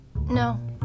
No